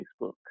Facebook